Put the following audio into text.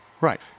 Right